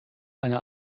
eine